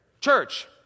church